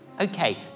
Okay